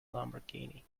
lamborghini